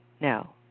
No